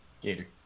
Gator